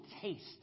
taste